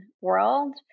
world